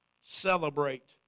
celebrate